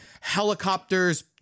helicopters